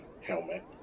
helmet